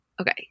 Okay